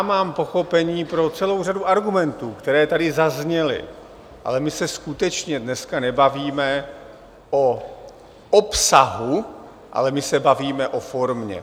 Mám pochopení pro celou řadu argumentů, které tady zazněly, ale my se skutečně dneska nebavíme o obsahu, ale my se bavíme o formě.